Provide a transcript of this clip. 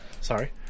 Sorry